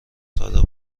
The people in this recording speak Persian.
صادق